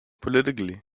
politically